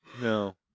No